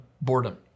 boredom